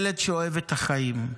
ילד שאוהב את החיים,